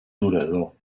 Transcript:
durador